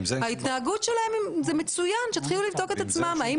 זה מצוין שיתחילו לבדוק את עצמם האם